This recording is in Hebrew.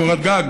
קורת גג,